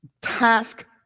task